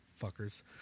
Fuckers